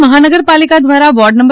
રાજકોટ મહાનગરપાલિકા દ્વારા વોર્ડ નં